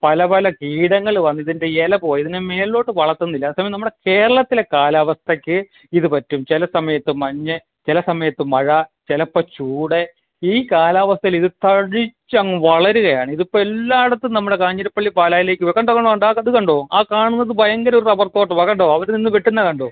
പല പല കീടങ്ങള് വന്നിതിൻ്റെ ഇല പോകും ഇതിനെ മുകളിലോട്ട് വളർത്തുന്നില്ല അതെ സമയം നമ്മളെ കേരളത്തിലെ കാലാവസ്ഥയ്ക്ക് ഇത് പറ്റും ചില സമയത്ത് മഞ്ഞ് ചില സമയത്ത് മഴ ചിലപ്പം ചൂട് ഈ കാലാവസ്ഥയിലിത് തഴച്ചങ്ങ് വളരുകയാണ് ഇതിപ്പം എല്ലായിടത്തും നമ്മുടെ കാഞ്ഞിരപ്പള്ളി പാലായിലേയ്ക്ക് കണ്ടോ കണ്ടോ അത് കണ്ടോ ആ കാണുന്നത് ഭയങ്കര ഒര് റബ്ബർത്തോട്ടവാണ് കണ്ടോ അവിടെ നിന്ന് വെട്ടുന്ന കണ്ടോ